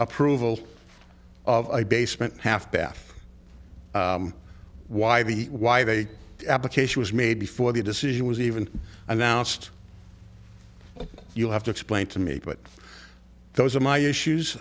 approval of a basement half bath why the why the application was made before the decision was even announced you'll have to explain to me but those are my issues